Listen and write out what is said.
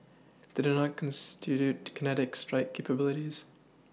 they do not constitute kinetic strike capabilities